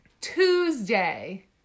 Tuesday